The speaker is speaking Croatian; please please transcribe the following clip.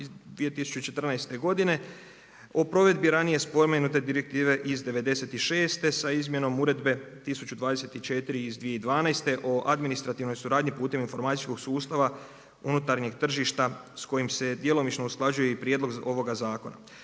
2014. godine, o provedbi ranije spomenute Direktive iz 96' sa izmjenom Uredbe 1024 iz 2012. o administrativnoj suradnji putem informacijskog sustava unutarnjeg tržišta s kojim se i djelomično usklađuje i prijedlog ovoga zakona.